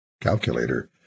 calculator